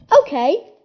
Okay